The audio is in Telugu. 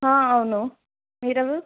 అవును మీరు ఎవరు